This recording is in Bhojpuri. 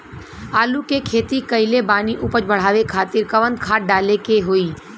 आलू के खेती कइले बानी उपज बढ़ावे खातिर कवन खाद डाले के होई?